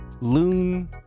Loon